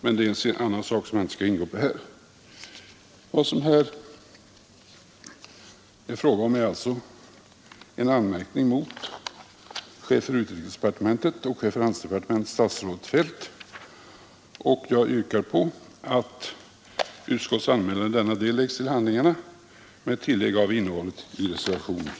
Men det är en annan sak som jag inte skall gå in på här. Det är här fråga om en anmärkning mot chefen för utrikesdepartementet, statsrådet Wickman, och chefen för handelsdepartementet, statsrådet Feldt. Jag yrkar på att utskottets anmälan i denna del läggs till handlingarna med tillägg av innehållet i reservationen K.